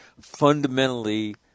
fundamentally